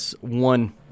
one